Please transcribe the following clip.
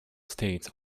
states